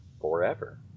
forever